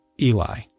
Eli